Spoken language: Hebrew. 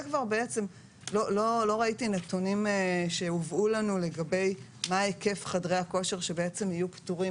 לא ראיתי נתונים שהובאו לנו לגבי מה היקף חדרי הכושר שבעצם יהיו פטורים